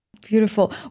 Beautiful